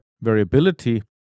variability